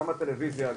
גם בטלוויזיה,